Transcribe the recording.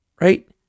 right